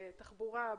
בתחבורה,